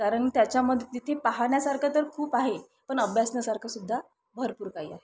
कारण त्याच्यामध्ये तिथे पाहण्यासारखं तर खूप आहे पण अभ्यासण्यासारखं सुद्धा भरपूर काही आहे